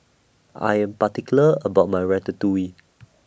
I Am particular about My Ratatouille